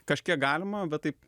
kažkiek galima bet taip